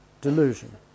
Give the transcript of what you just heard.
delusion